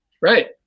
Right